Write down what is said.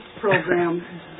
program